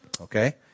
Okay